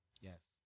Yes